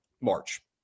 March